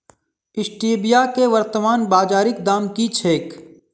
Stevia केँ वर्तमान बाजारीक दाम की छैक?